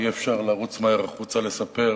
אי-אפשר לרוץ מהר החוצה לספר,